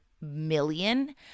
million